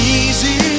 easy